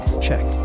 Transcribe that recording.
Check